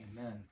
Amen